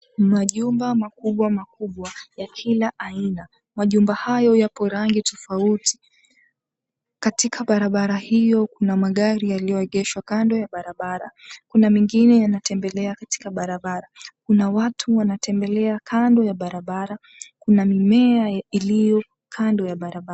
Majumba makubwa makubwa ya kila aina. Majumba hayo yapo rangi tofauti. Katika barabara hiyo kuna magari yaliyoegeshwa kando ya barabara. Kuna mengine yanatembelea katika barabara. Kuna watu wanatembelea kando ya barabara. Kuna mimea iliyo kando ya barabara.